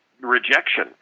rejection